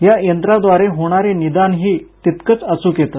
या यंत्रादवारे होणारे निदानही तितकंच अचूक येत